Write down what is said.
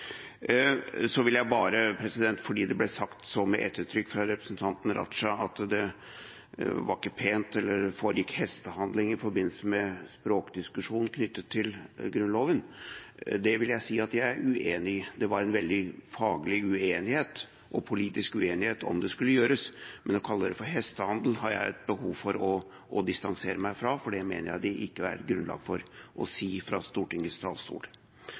Fordi det ble sagt med ettertrykk fra representanten Raja at det var ikke pent, eller at det foregikk hestehandel i forbindelse med språkdiskusjonen knyttet til Grunnloven, vil jeg si jeg er uenig i det. Det var en faglig og politisk uenighet om det skulle gjøres, men å kalle det for hestehandel har jeg behov for å distansere meg fra, for det mener jeg det ikke er grunnlag for å si fra Stortingets talerstol.